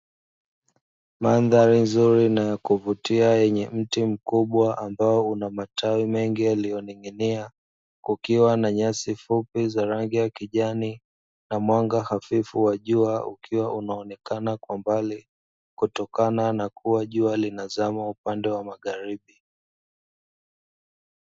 Mandhari nzuri na ya kuvutia yenye mti mkubwa ambao una matawi mengi yaliyoning'inia kukiwa na nyasi fupi za rangi ya kijani na mwanga hafifu wa jua, ukiwa unaonekana kwa mbali kutokana na kuwa jua linazama upande wa magharibi.